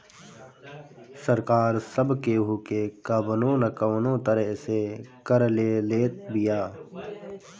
सरकार सब केहू के कवनो ना कवनो तरह से कर ले लेत बिया